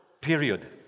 period